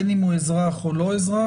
בין אם הוא אזרח או לא אזרח,